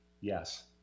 Yes